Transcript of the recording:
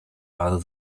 rather